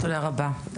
תודה רבה.